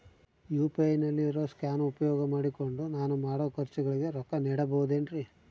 UPI ನಲ್ಲಿ ಇರೋ scan ಉಪಯೋಗ ಮಾಡಿಕೊಂಡು ನಾನು ಮಾಡೋ ಖರ್ಚುಗಳಿಗೆ ರೊಕ್ಕ ನೇಡಬಹುದೇನ್ರಿ?